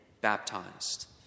baptized